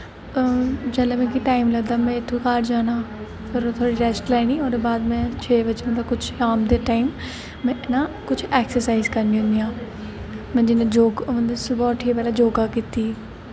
तां जेल्लै मिगी टैम लगदा में इत्थूं बाह्र जाना फिर उत्थें रेस्ट लैनी ओह्दे बाद में छेऽ बजे शाम दे टाइम में कुछ ना एक्सरसाइज करनी होनी आं में जि'यां योगा सुबह् उट्ठियै जि'यां में योगा कीती